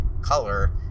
color